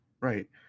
right